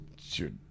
Sure